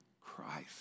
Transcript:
Christ